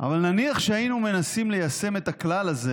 אבל נניח שהיינו מנסים ליישם את הכלל הזה